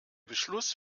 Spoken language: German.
beschluss